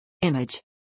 Image